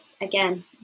again